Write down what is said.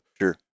Sure